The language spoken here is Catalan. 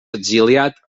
exiliat